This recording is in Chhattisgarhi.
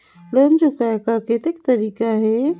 लोन चुकाय कर कतेक तरीका है?